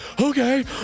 Okay